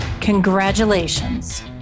Congratulations